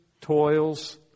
toils